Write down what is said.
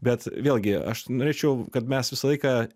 bet vėlgi aš norėčiau kad mes visą laiką